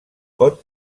pot